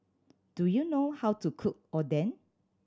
do you know how to cook Oden